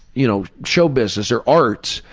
you know, show business or arts,